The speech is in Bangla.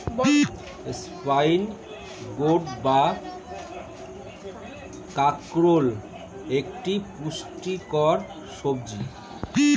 স্পাইন গোর্ড বা কাঁকরোল একটি পুষ্টিকর সবজি